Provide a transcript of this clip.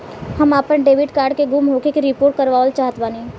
हम आपन debit card के गुम होखे के रिपोर्ट करवाना चाहत बानी